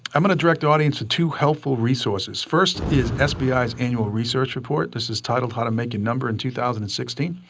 i'm gonna direct audiences to two helpful resources. first is sbi's annual research report. this is titled how to make your number in two thousand and sixteen.